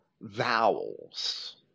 vowels